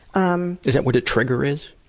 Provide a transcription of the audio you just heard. um is that what a trigger is?